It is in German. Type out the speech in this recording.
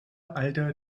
alter